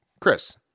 Chris